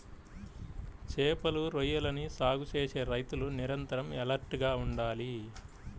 చేపలు, రొయ్యలని సాగు చేసే రైతులు నిరంతరం ఎలర్ట్ గా ఉండాలి